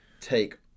take